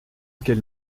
qu’elle